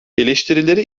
eleştirileri